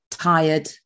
tired